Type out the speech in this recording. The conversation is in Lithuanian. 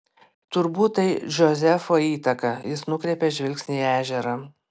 turbūt tai džozefo įtaka jis nukreipė žvilgsnį į ežerą